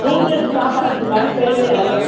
छूट जि तव्हां पंहिंजी दुकान पहिले हल